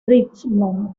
richmond